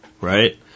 right